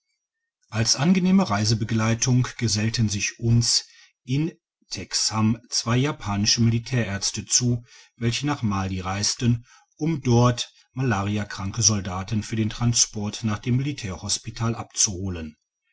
als angenehme reisebegleitung gesellten sich uns in teksham zwei japanische militärärzte zu welche nach mali reisten um dort malariakranke soldaten für den transport nach dem militärhospital abzuholen